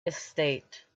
estate